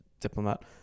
diplomat